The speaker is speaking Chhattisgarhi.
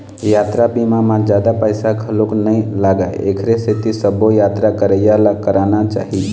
यातरा बीमा म जादा पइसा घलोक नइ लागय एखरे सेती सबो यातरा करइया ल कराना चाही